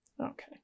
Okay